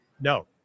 No